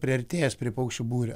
priartėjęs prie paukščių būrio